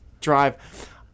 drive